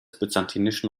byzantinischen